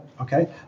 Okay